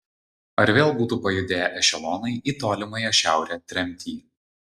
ar vėl būtų pajudėję ešelonai į tolimąją šiaurę tremtį